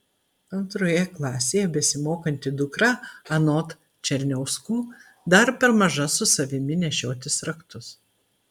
antroje klasėje besimokanti dukra anot černiauskų dar per maža su savimi nešiotis raktus